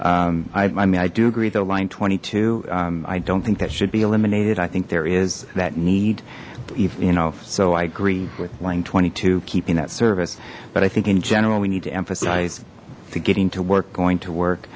another i mean i do agree though line twenty two i don't think that should be eliminated i think there is that need you know so i grieve with line twenty two keeping that service but i think in general we need to emphasize to getting to work going to work